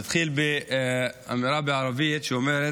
אני אתחיל באמירה בערבית שאומרת: